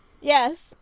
Yes